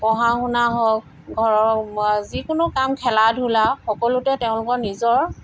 পঢ়া শুনা হওক ঘৰৰ যিকোনো কাম খেলা ধূলা সকলোতে তেওঁলোকৰ নিজৰ